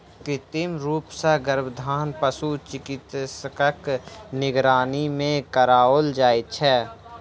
कृत्रिम रूप सॅ गर्भाधान पशु चिकित्सकक निगरानी मे कराओल जाइत छै